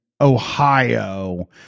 ohio